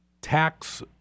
tax